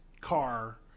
car